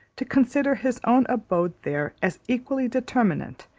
to consider his own abode there as equally determinate,